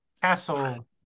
castle